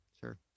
Sure